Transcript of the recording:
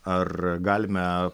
ar galime